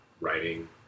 writing